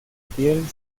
piel